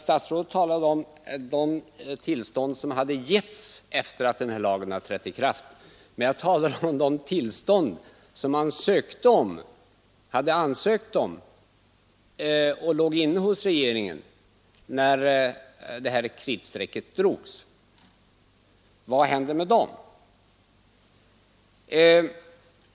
Statsrådet talade om de tillstånd som hade getts efter att denna lag trädde i kraft men jag talar om de tillstånd man hade ansökt om, vilka låg inne hos regeringen, när det här kritstrecket drogs. Vad hände med dem?